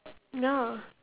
ya